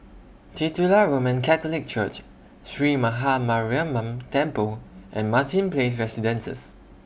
Titular Roman Catholic Church Sree Maha Mariamman Temple and Martin Place Residences